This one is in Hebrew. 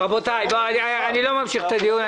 רבותי, אני לא ממשיך את הדיון.